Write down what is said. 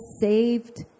saved